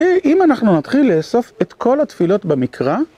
אם אנחנו נתחיל לאסוף את כל התפילות במקרא.